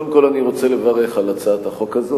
קודם כול אני רוצה לברך על הצעת החוק הזאת,